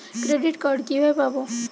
Credit card কিভাবে পাব?